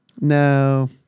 no